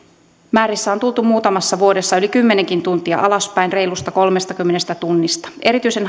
määrissä on tultu muutamassa vuodessa yli kymmenenkin tuntia alaspäin reilusta kolmestakymmenestä tunnista erityisen